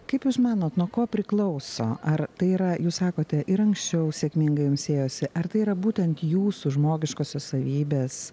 kaip jūs manot nuo ko priklauso ar tai yra jūs sakote ir anksčiau sėkmingai jums ėjosi ar tai yra būtent jūsų žmogiškosios savybės